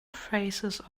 faces